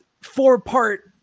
four-part